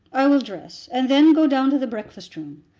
i will dress and then go down to the breakfast-room.